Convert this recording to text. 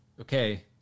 okay